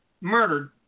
Murdered